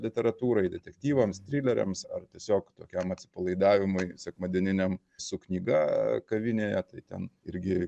literatūrai detektyvams trileriams ar tiesiog tokiam atsipalaidavimui sekmadieniniam su knyga kavinėje tai ten irgi